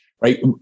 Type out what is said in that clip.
right